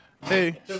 Hey